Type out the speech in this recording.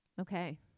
Okay